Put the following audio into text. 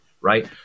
right